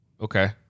Okay